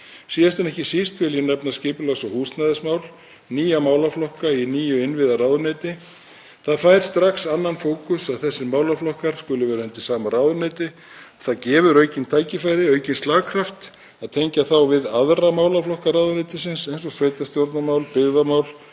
Síðast en ekki síst vil ég nefna skipulags- og húsnæðismál, nýja málaflokka í nýju innviðaráðuneyti. Það fær strax annan fókus að þessir málaflokkar skuli vera undir sama ráðuneyti. Það gefur aukin tækifæri, aukinn slagkraft, að tengja þá við aðra málaflokka ráðuneytisins eins og sveitarstjórnarmál, byggðamál